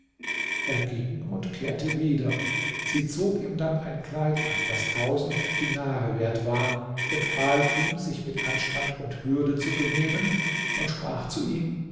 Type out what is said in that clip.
er ging und kehrte wieder sie zog ihm dann ein kleid an das tausend dinare wert war empfahl ihm sich mit anstand und würde zu benehmen und sprach zu ihm